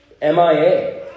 MIA